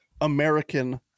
American